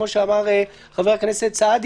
כמו שאמר חבר הכנסת סעדי,